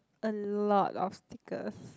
a lot of stickers